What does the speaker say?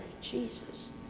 Jesus